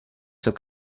zur